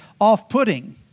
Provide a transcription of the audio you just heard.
off-putting